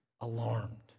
alarmed